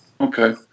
Okay